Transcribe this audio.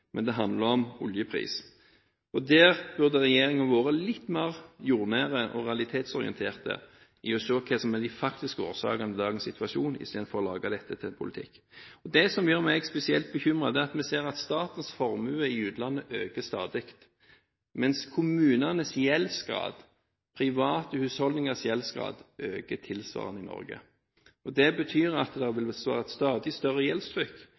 men om oljepris. Regjeringen burde vært litt mer jordnær og realitetsorientert med hensyn til å se hva som er de faktiske årsakene til dagens situasjon, istedenfor å gjøre dette til politikk. Det som gjør meg spesielt bekymret, er at vi ser at statens formue i utlandet stadig øker, mens gjeldsgraden til kommunene og de private husholdningene i Norge øker tilsvarende. Det vil være et stadig større gjeldstrykk.